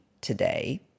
today